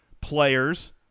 players